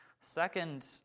Second